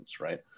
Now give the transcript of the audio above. Right